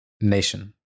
nation